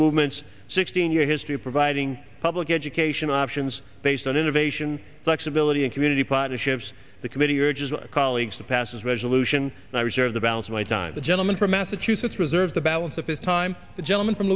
movement's sixteen year history of providing public education options based on innovation flexibility and community partnerships the committee urges colleagues to pass a resolution and i reserve the balance of my time the gentleman from massachusetts reserves the balance of the time the gentleman from